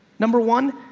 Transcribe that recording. number one,